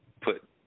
put